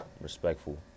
respectful